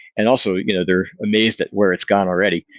and also you know they're amazed at where it's gone already.